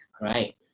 right